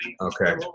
Okay